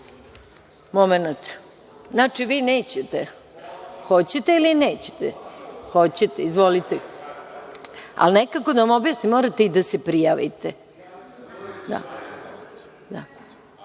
SNS.Znači, vi nećete. Hoćete ili nećete? Hoćete. Izvolite. Ali nekako, kako da vam objasnim, morate i da se prijavite. Imam